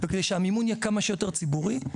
וכדי שהמימון יהיה כמה שיותר ציבורי,